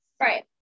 right